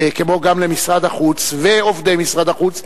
כמו גם למשרד החוץ ועובדי משרד החוץ,